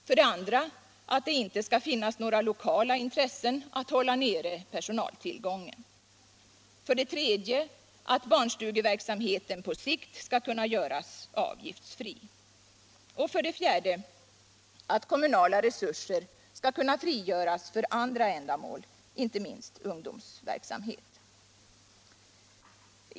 För det andra skall det inte finnas några lokala intressen att hålla nere personaltillgången. För det tredje skall barnstugeverksamheten på sikt kunna göras avgiftsfri. För det fjärde skall kommunala resurser kunna frigöras för andra ändamål, inte minst ungdomsverksamhet.